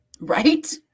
Right